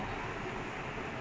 ya